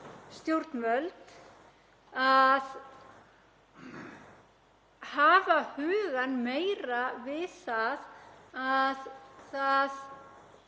stjórnvöld að hafa hugann meira við það að það